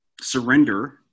surrender